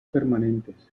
permanentes